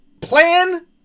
plan